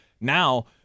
now